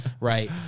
right